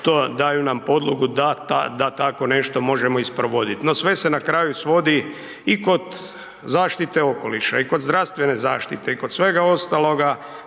to daju nam podlogu da tako nešto možemo i sprovoditi. No, sve se na kraju svodi i kod zaštite okoliša i kod zdravstvene zaštite i kod svega ostaloga